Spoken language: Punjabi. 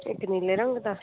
ਇੱਕ ਨੀਲੇ ਰੰਗ ਦਾ